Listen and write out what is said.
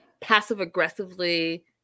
passive-aggressively